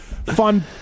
Fun